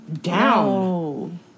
Down